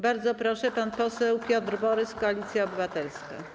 Bardzo proszę, pan poseł Piotr Borys, Koalicja Obywatelska.